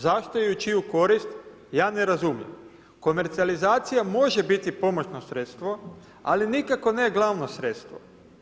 Zašto i u čiju korist ja ne razumijem, komercijalizacija može biti pomoćno sredstvo, ali nikako ne glavno sredstvo.